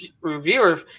reviewer